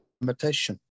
limitation